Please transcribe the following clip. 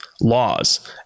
laws